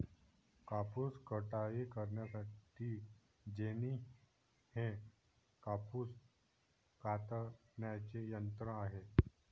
कापूस कताई करण्यासाठी जेनी हे कापूस कातण्याचे यंत्र आहे